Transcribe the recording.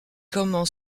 comme